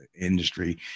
industry